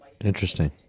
Interesting